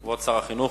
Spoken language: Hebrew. כבוד שר החינוך